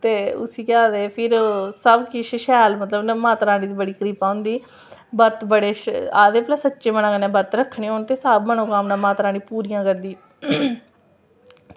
ते उसी केह् आखदे फिर सबकिश शैल मतलब माता रानी दी बड़ी किरपा होंदी ते बर्त बड़े आखदे नी भला सच्चे मन कन्नै बर्त रक्खने होन ते सब मनोकामनां माता रानी पूरियां करदी